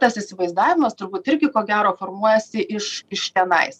tas įsivaizdavimas turbūt irgi ko gero formuojasi iš iš tenais